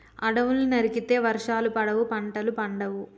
అడవుల్ని నరికితే వర్షాలు పడవు, పంటలు పండవు